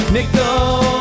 Nickel